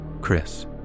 Chris